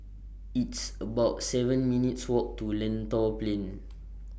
It's about seven minutes' Walk to Lentor Plain